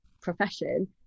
profession